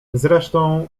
zresztą